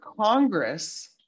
Congress